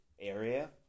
area